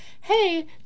hey